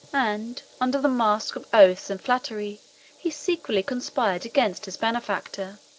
and under the mask of oaths and flattery he secretly conspired against his benefactor.